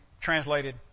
translated